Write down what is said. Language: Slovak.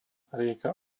rieka